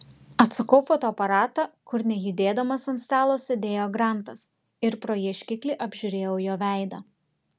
atsukau fotoaparatą kur nejudėdamas ant stalo sėdėjo grantas ir pro ieškiklį apžiūrėjau jo veidą